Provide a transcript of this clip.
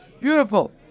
Beautiful